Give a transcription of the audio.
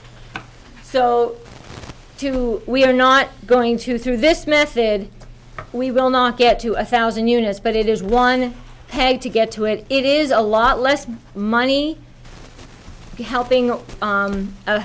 two we are not going to through this method we will not get to a thousand units but it is one peg to get to it it is a lot less money helping